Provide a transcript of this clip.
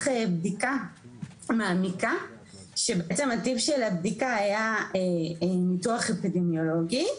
בדיקה מעמיקה שבעצם הטיב של הבדיקה היה ניתוח אפידמיולוגי,